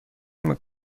نمی